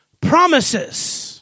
promises